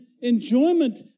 enjoyment